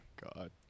God